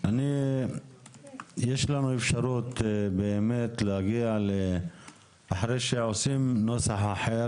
יש לנו אפשרות להגיע אחרי שקובעים נוסח אחר